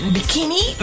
Bikini